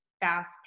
fast